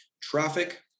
traffic